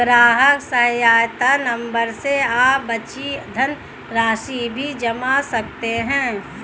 ग्राहक सहायता नंबर से आप बची धनराशि भी जान सकते हैं